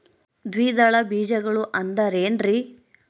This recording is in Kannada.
ದ್ವಿದಳ ಬೇಜಗಳು ಅಂದರೇನ್ರಿ?